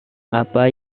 apa